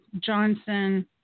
Johnson